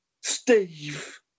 Steve